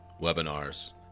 webinars